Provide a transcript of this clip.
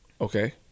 Okay